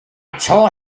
tore